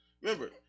Remember